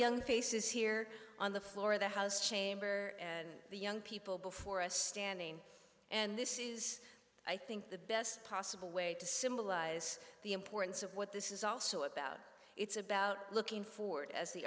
young faces here on the floor of the house chamber and the young people before us standing and this is i think the best possible way to symbolize the importance of what this is also about it's about looking forward as the